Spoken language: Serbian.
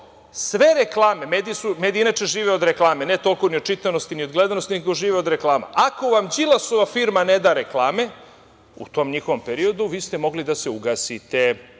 sve reklame, mediji inače žive od reklama, ne toliko od čitanosti ni od gledanosti, nego žive od reklama. Ako vam Đilasova firma ne da reklame u tom njihovom periodu vi ste mogli da se ugasite.